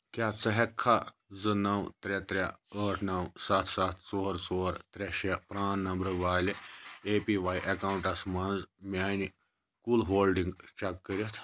کیٛاہ ژٕ ہیٛکٕکھا زٕ نو ترٛےٚ ترٛےٚ ٲٹھ نو سَتھ سَتھ ژور ژور ترٛےٚ شےٚ پران نمبر والہِ اےٚ پی واٮٔی اکاؤنٹس مَنٛز میٛانہِ کُل ہولڈِنٛگ چیک کٔرتھ